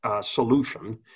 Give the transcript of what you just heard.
solution